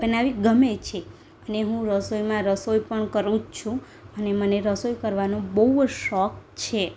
બનાવવી ગમે છે અને હું રસોઈમાં રસોઈ પણ કરું જ છું અને મને રસોઈ કરવાનો બહુ જ શોખ છે